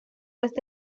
este